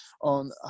on